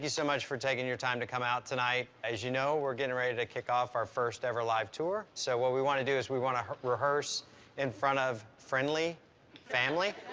so much for taking your time to come out tonight. as you know, we're getting ready to kick off our first ever live tour, so what we wanna do is we wanna rehearse in front of friendly family.